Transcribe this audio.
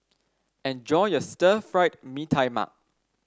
enjoy your Stir Fried Mee Tai Mak